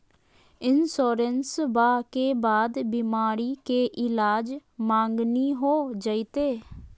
इंसोरेंसबा के बाद बीमारी के ईलाज मांगनी हो जयते?